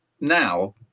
now